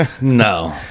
No